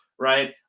right